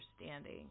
understanding